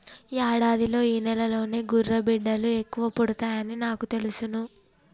యాడాదిలో ఈ నెలలోనే గుర్రబిడ్డలు ఎక్కువ పుడతాయని నాకు తెలుసును